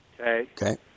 Okay